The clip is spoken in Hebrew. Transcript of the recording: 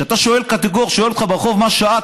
כשקטגור שואל אותך ברחוב מה השעה,